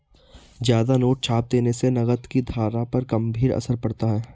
ज्यादा नोट छाप देने से नकद की धारा पर गंभीर असर पड़ता है